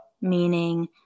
meaning